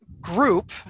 group